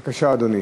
בבקשה, אדוני.